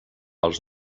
els